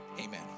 amen